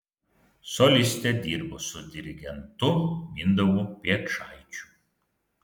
solistė dirbo su dirigentu mindaugu piečaičiu